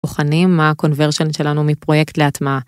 בוחנים conversion שלנו מפרויקט להטמעה.